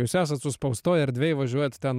jūs esat suspaustoj erdvėj važiuojat ten